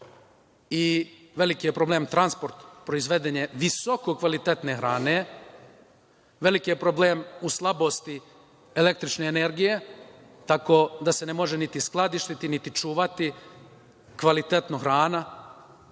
i veliki je problem transport proizvedene visoko kvalitetne hrane. Veliki je problem u slabosti električne energije, tako da se ne može niti skladištiti, niti čuvati kvalitetno hrana.